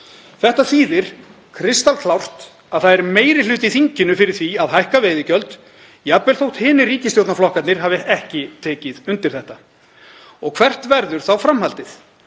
Þetta þýðir kristalklárt að það er meiri hluti í þinginu fyrir því að hækka veiðigjöld, jafnvel þótt hinir ríkisstjórnarflokkarnir hafi ekki tekið undir þetta. Og hvert verður þá framhaldið?